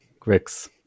Grix